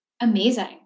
Amazing